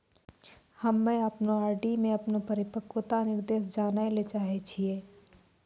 हम्मे अपनो आर.डी मे अपनो परिपक्वता निर्देश जानै ले चाहै छियै